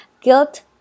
guilt